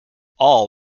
all